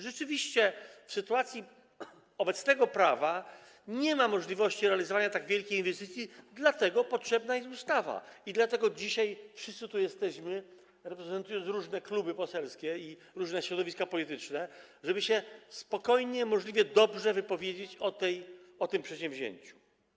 Rzeczywiście przy obecnym prawie nie ma możliwości realizowania tak wielkiej inwestycji, dlatego potrzebna jest ustawa i dlatego dzisiaj wszyscy tu jesteśmy - choć reprezentujemy różne kluby poselskie i różne środowiska polityczne - żeby się spokojnie i możliwie dobrze wypowiedzieć o tym przedsięwzięciu.